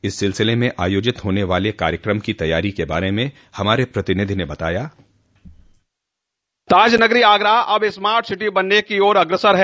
इस सिलसिले में आयोजित होने वाले कार्यकम की तैयारी के बारे में हमारे प्रतिनिधि ने बताया डिस्पैच ताजनगरी आगरा अब स्मार्ट सिटी बनने की ओर अग्रसर है